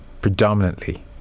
predominantly